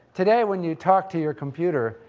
today, when you talk to your computer,